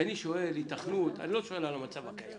כשאני שואל היתכנות אני לא שואל על המצב הקיים.